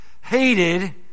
hated